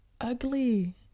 ugly